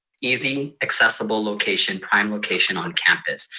easy accessible location, prime location, on campus.